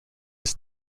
his